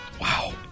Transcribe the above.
Wow